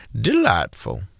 delightful